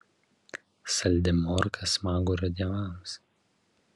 saldi morka smagurio dievams